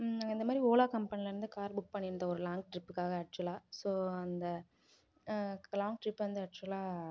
இந்தமாதிரி ஓலா கம்பெனிலேந்து car book பண்ணியிருந்தேன் ஒரு லாங் ட்ரிப்புக்காக ஆக்சுவலாக ஸோ அந்த லாங் ட்ரிப் வந்து ஆக்சுவலாக